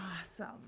Awesome